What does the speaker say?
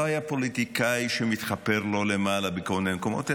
הוא לא היה פוליטיקאי שמתחפר לו למעלה בכל מיני מקומות,